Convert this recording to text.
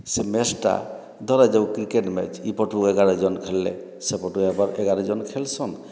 ସେ ମ୍ୟାଚ୍ଟା ଧରାଯାଉ କ୍ରିକେଟ୍ ମ୍ୟାଚ୍ ଏହି ପଟରୁ ଏଗାର ଜଣ ଖେଳିଲେ ସେପଟରୁ ଏଗାର ଜଣ ଖେଳସନ୍